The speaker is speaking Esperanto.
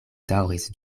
daŭris